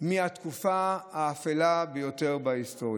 מהתקופה האפלה ביותר בהיסטוריה.